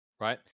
right